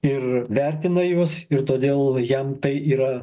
ir vertina juos ir todėl jam tai yra